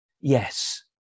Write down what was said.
Yes